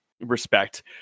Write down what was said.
respect